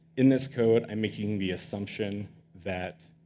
in this code, i'm making the assumption that